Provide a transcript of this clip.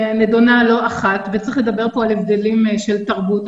היא נדונה לא אחת וצריך לדבר פה על הבדלים של תרבות,